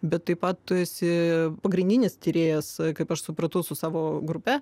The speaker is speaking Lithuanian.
bet taip pat tu esi pagrindinis tyrėjas kaip aš supratau su savo grupe